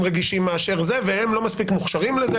רגישים והם לא מספיק מוכשרים לזה,